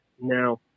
Now